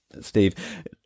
Steve